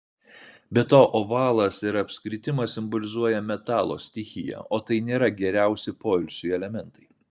be to ovalas ir apskritimas simbolizuoja metalo stichiją o tai nėra geriausi poilsiui elementai